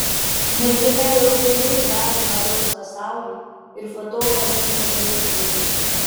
mergina jau seniai žavi mados pasaulį ir fotografų objektyvus